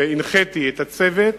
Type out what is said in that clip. הנחיתי את הצוות